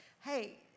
hey